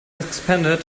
expanded